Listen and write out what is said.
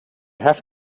have